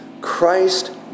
Christ